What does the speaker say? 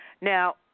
Now